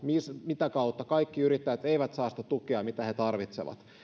mitä kautta kaikki yrittäjät eivät saa sitä tukea mitä he tarvitsevat